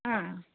ആ